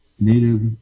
Native